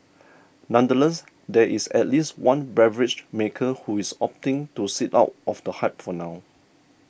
nonetheless there is at least one beverage maker who is opting to sit out of the hype for now